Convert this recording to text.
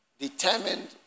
Determined